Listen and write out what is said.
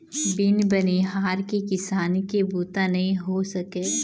बिन बनिहार के किसानी के बूता नइ हो सकय